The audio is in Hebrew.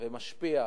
ומשפיע,